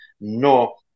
no